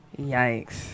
Yikes